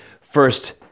First